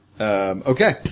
Okay